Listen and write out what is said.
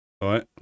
right